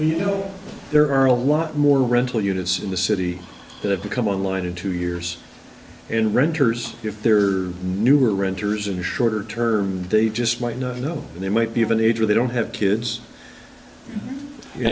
you know there are a lot more rental units in the city that have to come online in two years and renters if there are newer renters are shorter term they just might not know they might be of an age where they don't have kids you